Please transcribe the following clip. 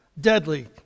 deadly